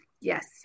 Yes